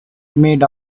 maid